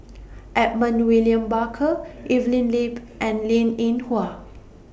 Edmund William Barker Evelyn Lip and Linn in Hua